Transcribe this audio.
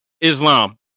Islam